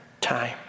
time